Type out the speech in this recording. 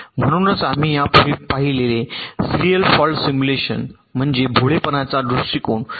म्हणूनच आपण यापूर्वी पाहिलेले सीरियल फॉल्ट सिम्युलेशन म्हणजे भोळेपणाचा दृष्टीकोन